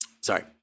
sorry